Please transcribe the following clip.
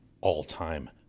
all-time